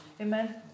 Amen